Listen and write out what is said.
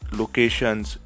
locations